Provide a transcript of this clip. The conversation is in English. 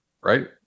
right